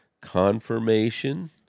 Confirmation